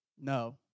No